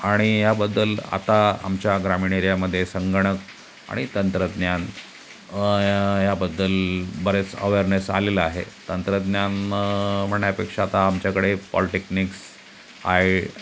आणि याबद्दल आता आमच्या ग्रामीण एरियामध्ये संगणक आणि तंत्रज्ञान याबद्दल बरेच अवेअरनेस आलेलं आहे तंत्रज्ञान म्हणण्यापेक्षा आता आमच्याकडे पॉलिटेक्निक्स आहे